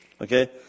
okay